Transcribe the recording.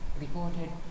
reported